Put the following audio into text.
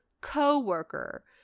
co-worker